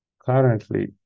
Currently